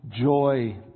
joy